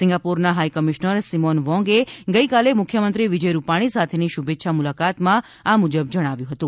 સિંગાપોરના high commissioner Simon વોંગે ગઇકાલે મુખ્યમંત્રી વિજય રૂપાણી સાથેની શુભેચ્છા મુલાકાતમાં આ મુજબ જણાવ્યું હતું